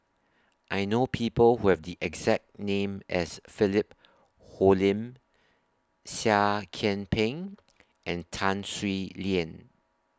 I know People Who Have The exact name as Philip Hoalim Seah Kian Peng and Tan Swie Lian